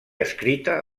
escrita